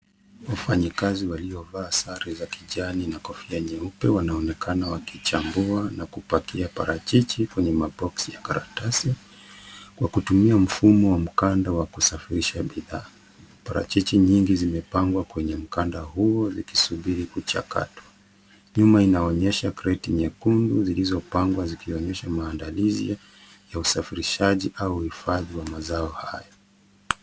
Wafanyakazi waliovaa sare za kijani na kofia nyeupe wanaonekana wakichambua na kupakia parachichi kwenye maboksi ya karatasi kwa kutumia mfumo wa mkanda wa kusafirisha bidhaa. Parachichi nyingi zimepangwa kwenye mkanda huo zikisubiri kuchakatwa. Nyuma inaonyesha kreti nyekundu zilizopangwa zikionyesha maandalizi ya usafirishaji au uhifadhi wa mazao hayo.